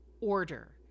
order